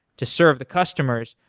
to serve the customers,